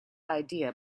idea